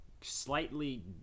slightly